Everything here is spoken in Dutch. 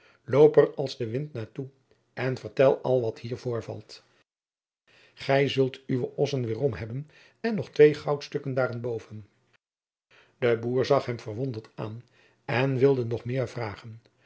er als de wind naar toe en vertel al wat hier voorvalt gij zult uwe ossen weêrom hebben en nog twee goudstukken daarenboven de boer zag hem verwonderd aan en wilde nog meer vragen